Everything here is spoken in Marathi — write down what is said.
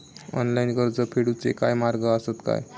ऑनलाईन कर्ज फेडूचे काय मार्ग आसत काय?